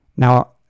Now